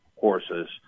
horses